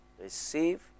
receive